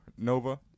Nova